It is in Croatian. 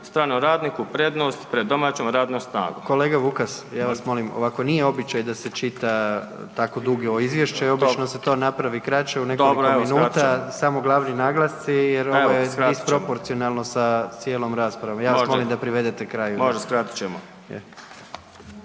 stranom radniku prednost pred domaćom radnom snagom. **Jandroković, Gordan (HDZ)** Kolega Vukas ja vas molim, ovako nije običaj da se čita tako dugo izvješće i obično se to napravi kraće u nekoliko minuta, samo glavni naglasci jer ovo je disproporcionalno sa cijelom raspravom i ja vas molim da privedete kraju. **Vukas, Nikša